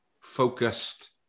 focused